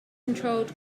controlled